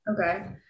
Okay